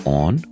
on